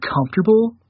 comfortable